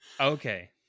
Okay